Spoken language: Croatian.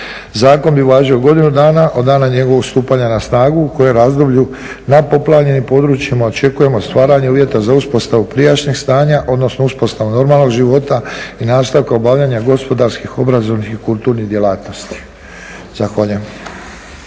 Zakon bi važio godinu dana od dana njegovog stupanja na snagu u kojem razdoblju na poplavljenim područjima očekujemo stvaranje uvjeta za uspostavu prijašnjeg stanja, odnosno uspostavu normalnog života i nastavka obavljanja gospodarskih, obrazovanih i kulturnih djelatnosti. Zahvaljujem.